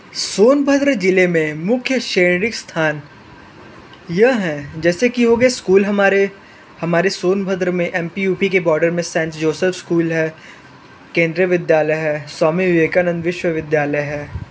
सोनभद्र जिले में मुख्य शैणिक स्थान यह है जैसे की हो गये स्कूल हमारे हमारे सोनभद्र मे एम पी यू पी के बॉर्डर मे सेंट जोसेफ स्कूल है केन्द्रीय विद्यालय है स्वामी विवेकानंद विश्वविद्यालय है